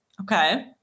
Okay